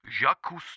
Jacques